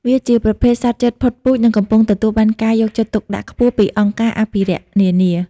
វាជាប្រភេទសត្វជិតផុតពូជ និងកំពុងទទួលបានការយកចិត្តទុកដាក់ខ្ពស់ពីអង្គការអភិរក្សនានា។